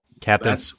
captain